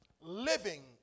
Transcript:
living